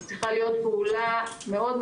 צריכה להיות פעולה מאוד,